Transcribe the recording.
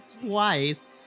twice